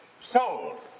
sold